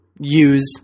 use